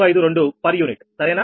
452 per unit సరేనా